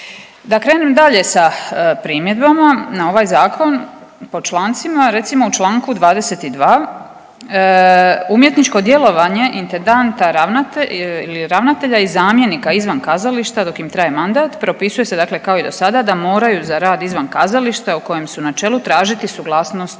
Da krenem dalje sa primjedbama na ovaj zakon po člancima, recimo u čl. 22. umjetničko djelovanje intendanta ili ravnatelja i zamjenika izvan kazališta dok im traje mandat propisuje se dakle kao i dosada da moraju za rad izvan kazališta u kojem su na čelu tražiti suglasnost